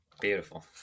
Beautiful